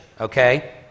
Okay